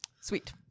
sweet